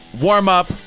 warm-up